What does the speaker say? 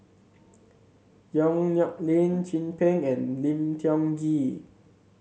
Yong Nyuk Lin Chin Peng and Lim Tiong Ghee